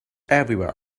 everywhere